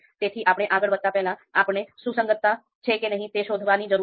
તેથી આપણે આગળ વધતા પહેલાં આપણે સુસંગતતા છે કે નહીં તે શોધવાની જરૂર છે